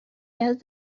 just